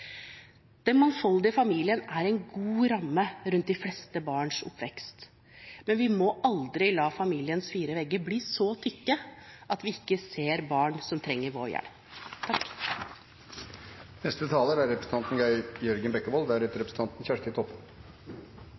Den mangfoldige familien er en god ramme rundt de fleste barns oppvekst, men vi må aldri la familiens fire vegger bli så tykke at vi ikke ser barn som trenger vår hjelp.